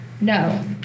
No